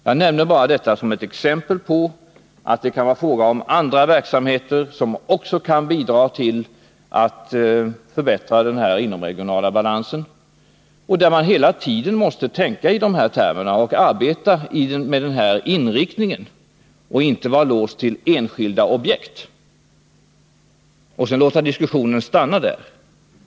Jag nämner det bara som ett exempel på att det också kan vara fråga om andra verksamheter som kan bidra till att förbättra den inomregionala balansen. Man måste hela tiden tänka ide här banorna och arbeta med den här inriktningen; man får inte vara låst till enskilda objekt och låta diskussionen stanna där.